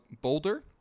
Boulder